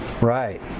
right